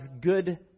good